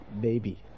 baby